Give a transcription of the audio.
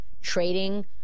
trading